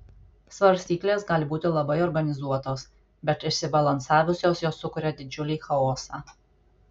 svarstyklės gali būti labai organizuotos bet išsibalansavusios jos sukuria didžiulį chaosą